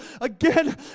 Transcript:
again